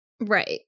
Right